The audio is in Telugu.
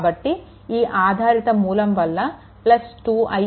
కాబట్టి ఈ ఆధారిత మూలం వల్ల 2I 2i1 - i2